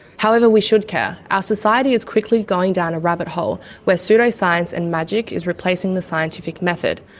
however, we should care our society is quickly going down a rabbit hole where pseudo-science and magic is replacing the scientific method,